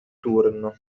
turno